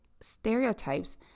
stereotypes